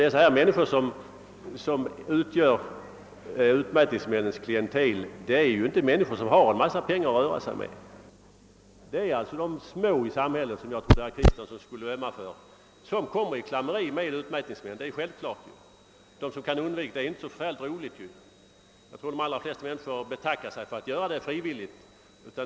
De människor som utgör utmätningsmännens klientel har det inte så gott ställt. Det är naturligtvis de små i samhället — som jag trodde att herr Kristenson skulle ömma för — som råkar i klammeri med utmätningsmännen. Sådant är ju inte så förfärligt ro ligt; jag förmodar att de allra flesta betackar sig för att göra det frivilligt.